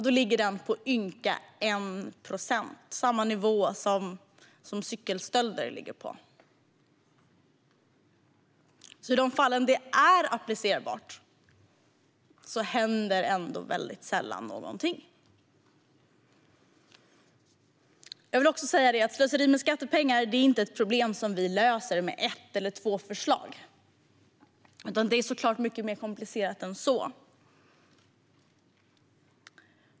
Den ligger på ynka 1 procent - det är samma nivå som när det gäller cykelstölder. I de fall det är applicerbart händer det alltså väldigt sällan någonting. Jag vill också säga att slöseri med skattepengar inte är ett problem som vi löser med ett eller två förslag. Det är såklart mycket mer komplicerat än så.